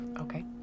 Okay